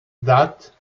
date